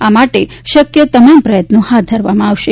આ માટે શક્ય તમામ પ્રયત્નો હાથ ધરવામાં આવશે